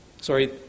Sorry